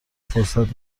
فرصت